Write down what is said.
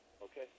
Okay